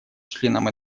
членом